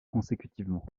consécutivement